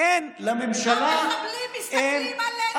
אין, לממשלה, המחבלים מסתכלים עלינו בחולשתנו.